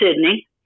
Sydney